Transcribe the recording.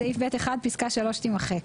בסעיף (ב1) פסקה (2) תימחק.